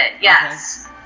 Yes